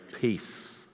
peace